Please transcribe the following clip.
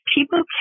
People